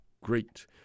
great